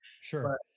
Sure